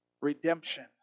Redemption